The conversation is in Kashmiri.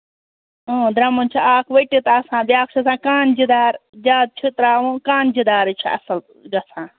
درمُن چھُ اکھ ؤٹِتھ آسان بیٛاکھ چھُ آسان کانٛجہِ دار زیادٕ چھُ ترٛاوُن کانٛجہِ دارٕے چھُ اَصٕل گژھان